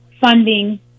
funding